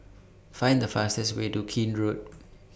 Find The fastest Way to Keene Road